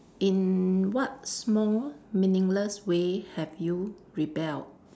in what small meaningless way have you rebelled